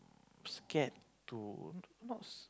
scared to not